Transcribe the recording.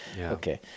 Okay